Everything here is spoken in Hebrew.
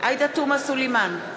עאידה תומא סלימאן,